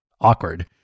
Awkward